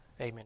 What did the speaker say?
amen